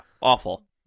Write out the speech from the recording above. Awful